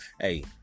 hey